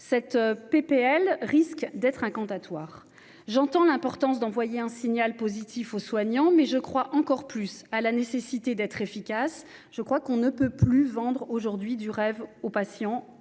de loi risque d'être incantatoire. J'entends l'importance d'envoyer un signal positif aux soignants, mais je crois encore plus à la nécessité d'être efficace. On ne peut plus vendre du rêve aux patients